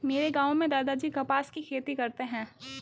मेरे गांव में दादाजी कपास की खेती करते हैं